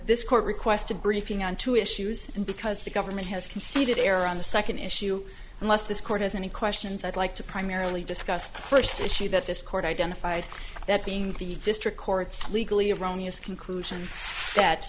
this court requested a briefing on two issues and because the government has conceded err on the second issue unless this court has any questions i'd like to primarily discuss the first issue that this court identified that being the district courts legally erroneous conclusion that